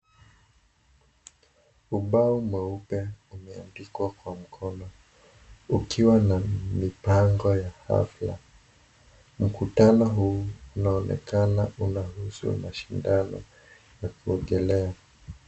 Ubao mweupe umeandikwa kwa mkono. Ukiwa na mipango ya afya. Mkutano huu unaonekana unahusu mashindano ya kuogelea.